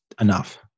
enough